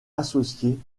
associée